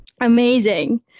amazing